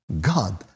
God